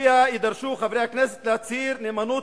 שלפיה יידרשו חברי הכנסת להצהיר נאמנות